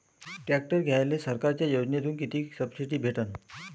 Tractor घ्यायले सरकारच्या योजनेतून किती सबसिडी भेटन?